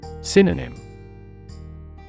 Synonym